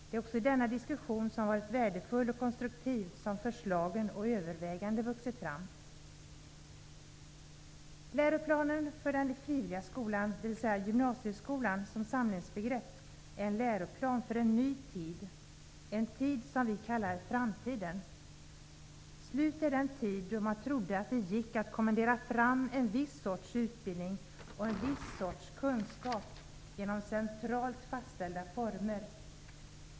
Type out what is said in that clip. Det är ur denna diskussion, som varit värdefull och konstruktiv, som förslag och överväganden vuxit fram till en läroplan för den frivilliga skolan, dvs. gymnasieskolan som samlingsbegrepp, en läroplan för en ny tid, en tid som vi kallar framtiden. Slut är den tid då man trodde att det gick att kommendera fram en viss sorts utbildning och en viss sorts kunskap genom centralt fastställda former.